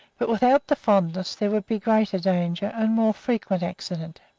but without the fondness there would be greater danger and more frequent accident.